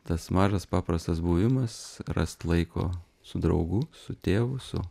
tas mažas paprastas buvimas rast laiko su draugu su tėvu su